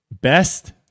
Best